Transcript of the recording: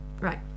Right